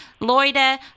Loida